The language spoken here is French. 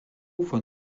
von